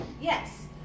yes